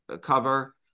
cover